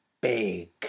big